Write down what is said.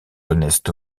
connaissent